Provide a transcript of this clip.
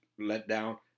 letdown